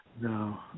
No